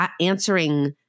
answering